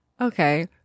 Okay